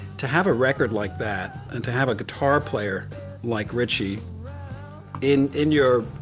to have a record like that and to have a guitar player like ritchie in in your